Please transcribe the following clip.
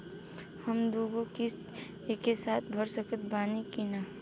हम दु गो किश्त एके साथ भर सकत बानी की ना?